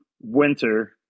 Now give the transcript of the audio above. winter